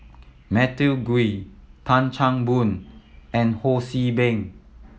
Matthew Ngui Tan Chan Boon and Ho See Beng